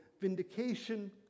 vindication